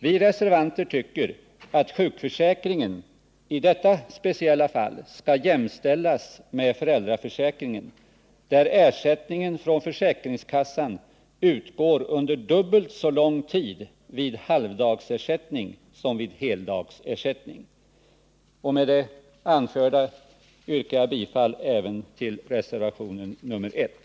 Vi reservanter tycker att sjukförsäkringen i detta speciella fall skall jämställas med föräldraförsäKringen, där ersättningen från försäkringskassan utgår under dubbelt så lång tid vid halvdagsersättning som vid heldagsersättning. Herr talman! Med det anförda yrkar jag bifall även till reservationen 1.